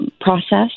process